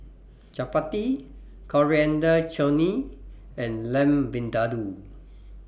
Chapati Coriander Chutney and Lamb Vindaloo